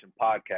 podcast